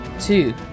two